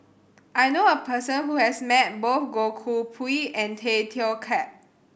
I know a person who has met both Goh Koh Pui and Tay Teow Kiat